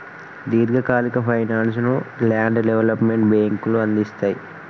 దీర్ఘకాలిక ఫైనాన్స్ ను land development బ్యేంకులు అందిస్తయ్